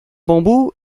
bambou